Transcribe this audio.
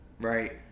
right